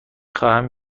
خواهم